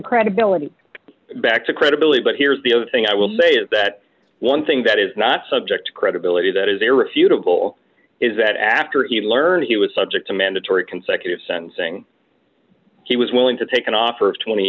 credibility back to credibility but here's the other thing i will say is that one thing that is not subject credibility that is irrefutable is that after he learned he was subject to mandatory consecutive sentencing he was willing to take an offer of twenty